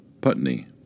Putney